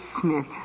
Smith